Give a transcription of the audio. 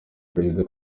perezida